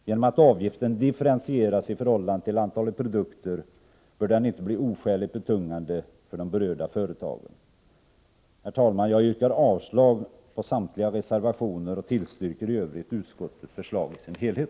Genom att avgiften differentieras i förhållande till antalet produkter torde den inte bli oskäligt betungande för de berörda företagen. Herr talman! Jag yrkar avslag på samtliga reservationer och tillstyrker utskottets förslag i dess helhet.